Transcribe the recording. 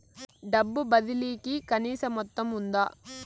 డబ్బు బదిలీ కి కనీస మొత్తం ఉందా?